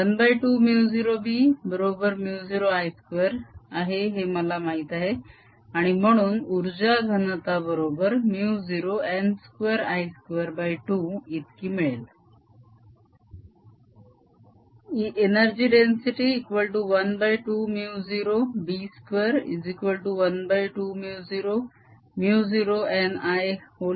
½ μ0b बरोबर μ0I2 आहे हे मला माहित आहे आणि म्हणून उर्जा घनता बरोबर 0n2I22 इतकी मिळेल